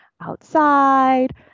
outside